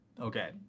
Okay